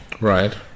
right